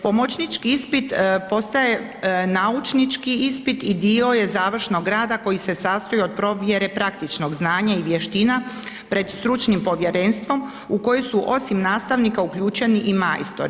Pomoćnički ispit postaje naučnički ispit i dio je završnog rada koji se sastoji od provjere praktičnog znanje i vještina pred stručnim povjerenstvom u koji su osim nastavnika uključeni i majstori.